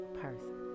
person